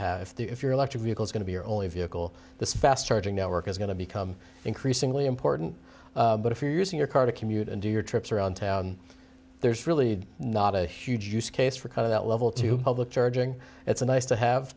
have if your electric vehicles going to be your only vehicle this fast charging network is going to become increasingly important but if you use your car to commute and do your trips around town there's really not a huge use case for kind of that level to public charging it's nice to have